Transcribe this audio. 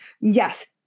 Yes